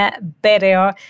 better